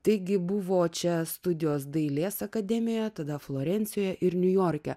taigi buvo čia studijos dailės akademijoje tada florencijoje ir niujorke